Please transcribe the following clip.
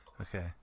okay